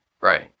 Right